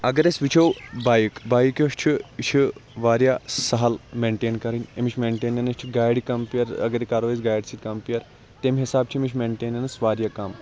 اَگَر أسۍ وٕچھو بایک بایک یۄس چھِ یہِ چھِ واریاہ سَہَل مینٹین کَرٕنۍ امچ مینٹینیٚنس چھِ گاڑِ کَمپیر اگرے کَرَو أسۍ گاڑِ سۭتۍ کَمپیر تمہِ حِساب چھِ امچ مینٹینیٚنس واریاہ کَم